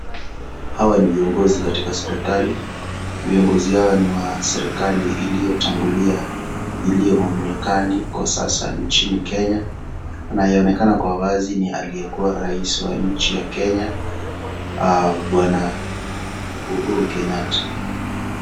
Hawa ni viongozi katika serikali viongozi hawa ni wa serikali iliyotangulia iliyo mamlakani kwa sasa nchini Kenya. Anayeonekana kwa wazi ni aliyekuwa rais wa nchi ya Kenya Bwana Uhuru Kenyatta.